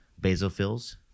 basophils